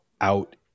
out